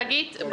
שגית,